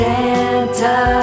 Santa